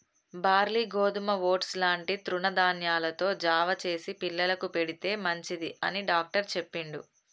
barley గోధుమ oats లాంటి తృణ ధాన్యాలతో జావ చేసి పిల్లలకు పెడితే మంచిది అని డాక్టర్ చెప్పిండు